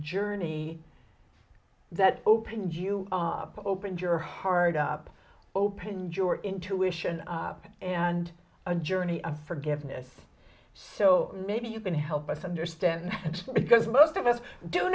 journey that opened you opened your heart up open george intuition and a journey of forgiveness so maybe you can help us understand because most of us do